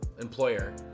employer